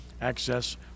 access